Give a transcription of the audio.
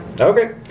Okay